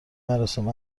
مراسم